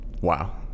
wow